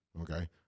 okay